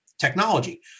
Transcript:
technology